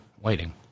waiting